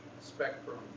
spectrum